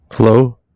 Hello